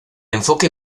enfoque